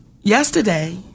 yesterday